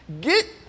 get